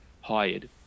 hired